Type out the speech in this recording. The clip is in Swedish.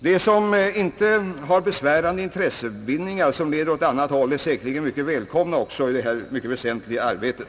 De som inte har besvärande intressebindningar som leder åt annat håll är säkerligen också mycket välkomna i detta mycket väsentliga arbete.